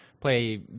play